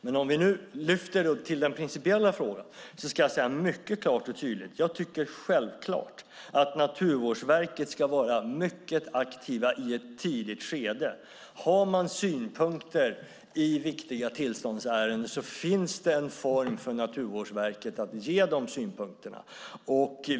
Men om jag lyfter fram den principiella frågan ska jag mycket klart och tydligt säga att jag självklart tycker att Naturvårdsverket ska vara mycket aktivt i ett tidigt skede. Har man synpunkter i viktiga tillståndsärenden finns det en form för Naturvårdsverket att ge dessa synpunkter.